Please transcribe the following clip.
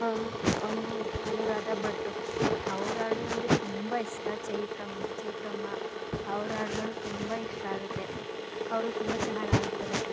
ಆ ಅನು ಅನುರಾಧಾ ಭಟ್ ಅವ್ರ ಹಾಡೂ ನನಗೆ ತುಂಬ ಇಷ್ಟ ಚೈತ್ರಮ್ಮ ಚೈತ್ರಮ್ಮ ಅವ್ರ ಹಾಡ್ಗಳೂ ತುಂಬ ಇಷ್ಟ ಆಗುತ್ತೆ ಅವರು ತುಂಬ ಚೆನ್ನಾಗಿ ಹಾಡ್ತಾರೆ